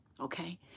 okay